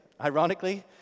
ironically